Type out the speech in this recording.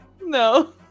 No